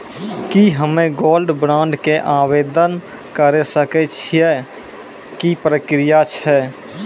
की हम्मय gold bond के आवदेन करे सकय छियै, की प्रक्रिया छै?